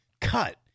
Cut